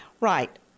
Right